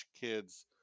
kids